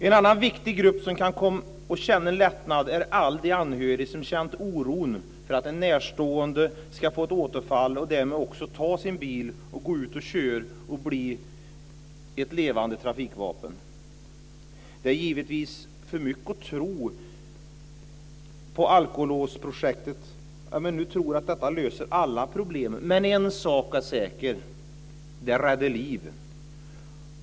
En annan viktig grupp som kan komma att känna en lättnad är alla de anhöriga som känt oron för att en närstående ska få ett återfall och därmed också ta sin bil och köra och bli ett levande trafikvapen. Det är givetvis att tro för mycket på alkolåsprojektet om man tror att detta löser alla problem. Men en sak är säker: Det räddar liv.